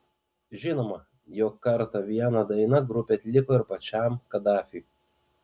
žinoma jog kartą vieną dainą grupė atliko ir pačiam kadafiui